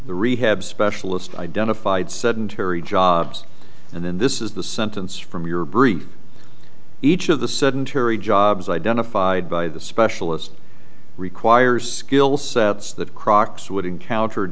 the rehab specialist identified sedentary jobs and then this is the sentence from your brief each of the sedentary jobs identified by the specialist requires skill sets that crocks would encounter